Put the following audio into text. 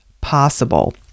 possible